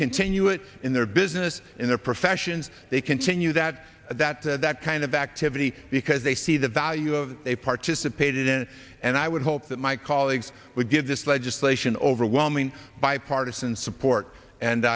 continue it in their business in their professions they continue that that that kind of activity because they see the value of they participated in it and i would hope that my colleagues would give this legislation overwhelming bipartisan support and